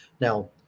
now